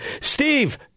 Steve